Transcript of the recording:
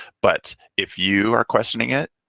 but if you are questioning it,